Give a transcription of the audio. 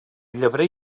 llebrer